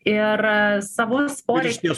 ir savus poreikius